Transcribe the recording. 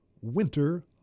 Winter